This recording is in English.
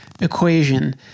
equation